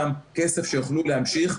גם כסף שיוכלו להמשיך,